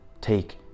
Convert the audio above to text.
take